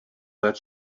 that